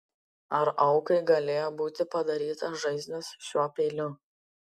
ar aukai galėjo būti padarytos žaizdos šiuo peiliu